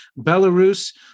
Belarus